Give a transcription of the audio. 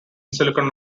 silicon